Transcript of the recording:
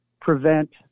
prevent